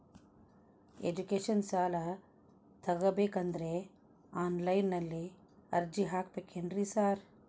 Education ಸಾಲ ತಗಬೇಕಂದ್ರೆ online ನಲ್ಲಿ ಅರ್ಜಿ ಹಾಕ್ಬೇಕೇನ್ರಿ ಸಾರ್?